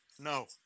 No